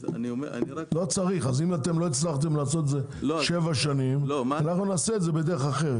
אז אם לא הצלחתם לעשות את זה שבע שנים אנחנו נעשה את זה בדרך אחרת,